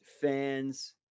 fans